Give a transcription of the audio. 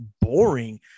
boring